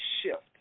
shift